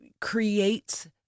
creates